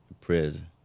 prison